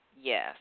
Yes